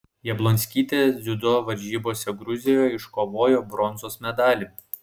jablonskytė dziudo varžybose gruzijoje iškovojo bronzos medalį